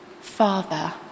Father